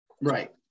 Right